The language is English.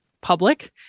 public